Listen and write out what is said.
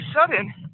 sudden